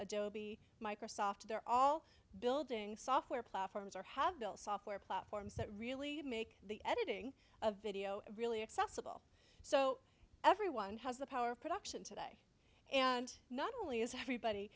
adobe microsoft they're all building software platforms or have built software platforms that really make the editing a video really accessible so everyone has the power of production today and not only is everybody